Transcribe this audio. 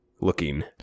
looking